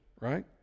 right